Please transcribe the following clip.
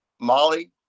molly